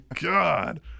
god